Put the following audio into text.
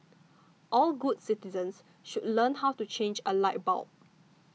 all good citizens should learn how to change a light bulb